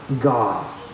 God